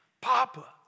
Papa